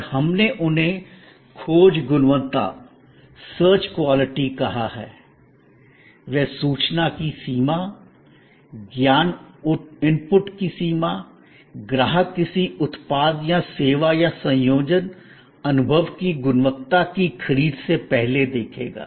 और हमने उन्हें खोज गुणवत्ता सर्च क्वालिटी search quality कहा है वह सूचना की सीमा ज्ञान इनपुट की सीमा ग्राहक किसी उत्पाद या सेवा या संयोजन अनुभव की गुणवत्ता की खरीद से पहले देखेगा